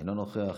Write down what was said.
אינו נוכח,